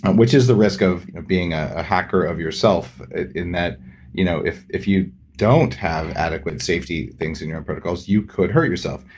which is the risk of of being a hacker of yourself, in that you know if if you don't have adequate safety things in your own protocols, you could hurt yourself.